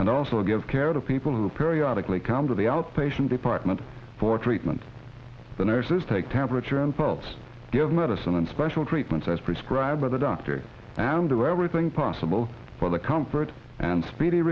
and also give care to people who are periodic they come to the outpatient department for treatment the nurses take temperature and pulse give medicine and special treatments as prescribed by the doctor and do everything possible for the comfort and speedy